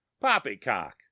poppycock